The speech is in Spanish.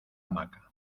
hamaca